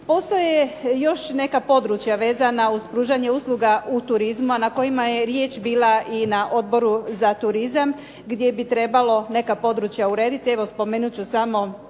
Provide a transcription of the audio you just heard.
Postoje još neka područja vezana uz pružanje usluga u turizmu, a na kojima je riječ bila i na odboru za turizam gdje bi trebalo neka područja urediti. Evo spomenut ću samo